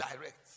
direct